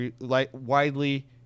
widely